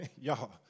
y'all